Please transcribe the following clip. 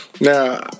Now